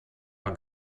war